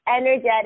energetic